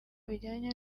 bijyanye